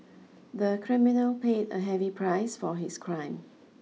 the criminal paid a heavy price for his crime